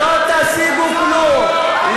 לא תשיגו כלום.